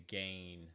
gain